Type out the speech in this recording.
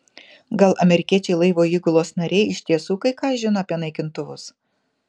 gal amerikiečiai laivo įgulos nariai iš tiesų kai ką žino apie naikintuvus